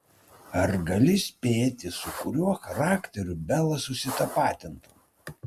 ar gali spėti su kuriuo charakteriu bela susitapatintų